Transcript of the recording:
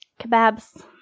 Kebabs